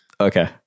Okay